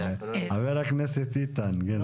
חבר הכנסת איתן גינזבורג.